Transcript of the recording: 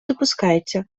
допускається